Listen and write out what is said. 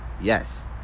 yes